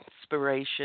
inspiration